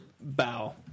bow